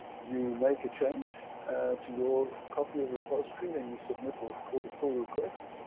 you make a change to your copy of the repository, and you submit what's called a pull request.